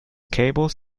cables